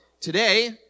today